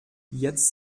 jetzt